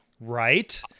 Right